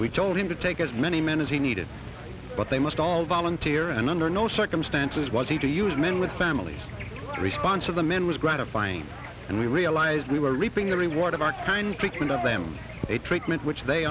we told him to take as many men as he needed but they must all volunteer and under no circumstances was he to use men with families the response of the men was gratifying and we realized we were reaping the reward of our kind pick them a treatment which they